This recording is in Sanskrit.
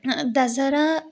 दसरा